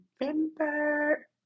November